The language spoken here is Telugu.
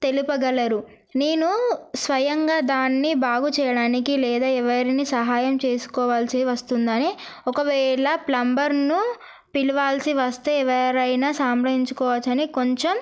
తెలుపగలరు నేను స్వయంగా దాన్ని బాగు చేయడానికి లేదా ఎవరిని సహాయం చేసుకోవాల్సి వస్తుందని ఒకవేళ ప్లంబర్ను పిలవాల్సి వస్తే ఎవరైనా సంప్రదించుకోవచ్చని కొంచెం